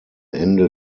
ende